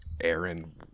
aaron